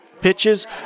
pitches